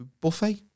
Buffet